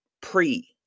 pre